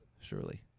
surely